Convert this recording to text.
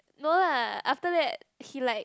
no lah after that he like